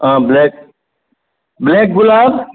आं black black गुलाब